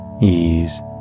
ease